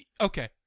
okay